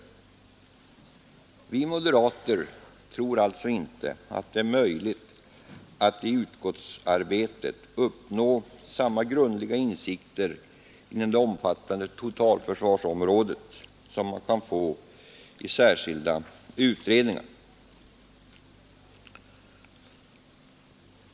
Vi moderater tror alltså inte att det är möjligt att i utskottsarbetet uppnå samma grundliga insikter inom det omfattande totalförsvarsområdet som man kan få i särskilda utredningar.